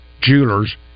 Jewelers